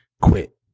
Quit